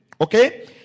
Okay